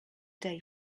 day